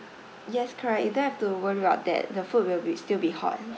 yes correct you don't have to worry about that the food will be still be hot